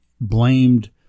Blamed